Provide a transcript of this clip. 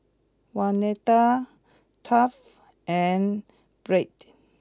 Waneta Duff and Brett